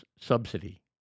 subsidy